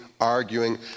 arguing